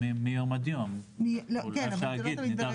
זה מה שיקרה